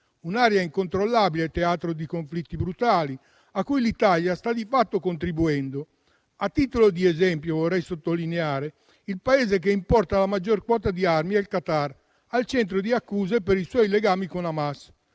un'area incontrollabile, teatro di conflitti brutali, a cui l'Italia sta, di fatto, contribuendo. A titolo di esempio, vorrei sottolineare che il Paese che importa la quota maggiore di armi è il Qatar, al centro di accuse per i suoi legami con Hamas.